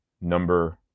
number